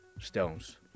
stones